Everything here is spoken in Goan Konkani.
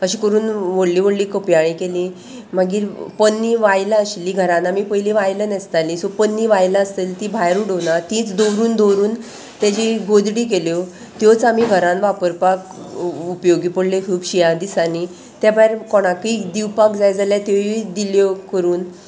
अशें करून व्हडलीं व्हडलीं कपयाळीं केलीं मागीर पन्नी वायलां आशिल्लीं घरान आमी पयलीं वायलां न्हेसतालीं सो पन्नी वायलां आसतलीं तीं भायर उडोवना तींच दवरून दवरून तेजी गोदडी केल्यो त्योच आमी घरान वापरपाक उपयोगी पडल्यो खूब शिंयां दिसांनी त्या भायर कोणाकय दिवपाक जाय जाल्यार त्योय दिल्यो करून